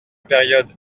période